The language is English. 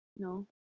No